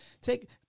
Take